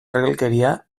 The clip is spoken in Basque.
ergelkeria